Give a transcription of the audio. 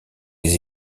les